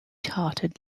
hearted